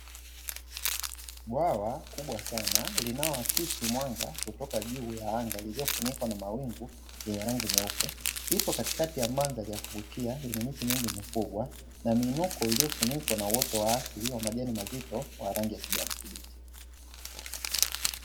Bwawa kubwa sana linaloakisi mwanga kutoka juu ya anga lililofunikwa na mawingu yenye rangi nyeupe, lipo katikati ya mandhari ya kuvutia yenye miti mingi mikubwa, na miinuko iliyofunikwa na uoto wa asili wa majani mazito yenye rangi ya kijani kibichi.